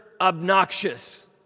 obnoxious